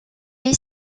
est